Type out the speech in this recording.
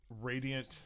radiant